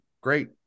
great